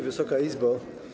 Wysoka Izbo!